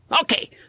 Okay